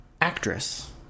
actress